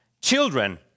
Children